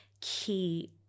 key